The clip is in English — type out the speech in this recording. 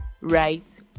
right